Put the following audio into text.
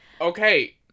okay